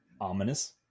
Ominous